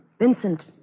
Vincent